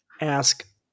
ask